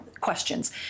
questions